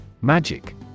Magic